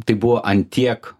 tai buvo ant tiek